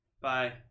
Bye